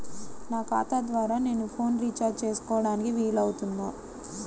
నా ఖాతా ద్వారా నేను ఫోన్ రీఛార్జ్ చేసుకోవడానికి వీలు అవుతుందా?